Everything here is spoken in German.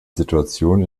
situation